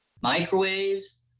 microwaves